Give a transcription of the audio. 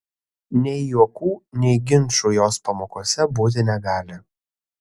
nei juokų nei ginčų jos pamokose būti negali